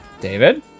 david